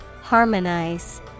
Harmonize